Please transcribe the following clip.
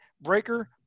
Breaker